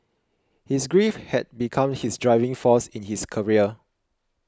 his grief had become his driving force in his career